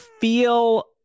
feel